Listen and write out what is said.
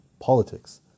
politics